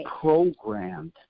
programmed